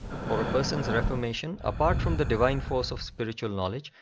for a person's reformation, apart from the divine force of spiritual knowledge,